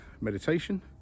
meditation